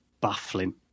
baffling